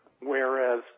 whereas